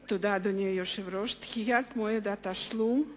דחיית מועד התשלום של